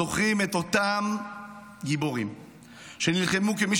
זוכרים את אותם גיבורים שנלחמו כמי